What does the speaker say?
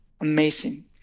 amazing